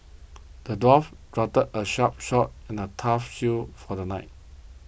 the dwarf a sharp sword and a tough shield for the knight